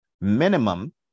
minimum